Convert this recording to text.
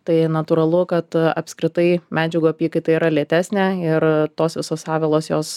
tai natūralu kad apskritai medžiagų apykaita yra lėtesnė ir tos visos avilos jos